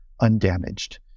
undamaged